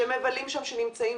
מבלים שם, נמצאים.